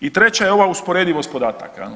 I treća je ova usporedivost podataka.